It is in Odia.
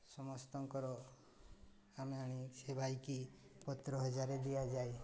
ସମସ୍ତଙ୍କର ଆମେ ଆଣି ସେ ଭାଇକୁ ପତ୍ର ହଜାରେ ଦିଆଯାଏ